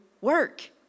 work